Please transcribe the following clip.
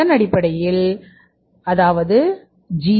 அதன் அடிப்படையில் ஜி